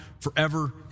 forever